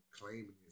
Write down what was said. claiming